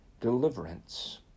deliverance